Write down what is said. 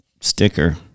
sticker